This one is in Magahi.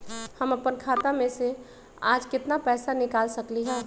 हम अपन खाता में से आज केतना पैसा निकाल सकलि ह?